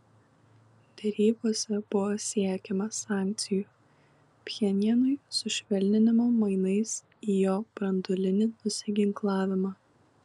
derybose buvo siekiama sankcijų pchenjanui sušvelninimo mainais į jo branduolinį nusiginklavimą